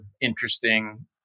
interesting